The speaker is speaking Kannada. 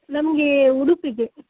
ನಮಗೆ ಉಡುಪಿಗೆ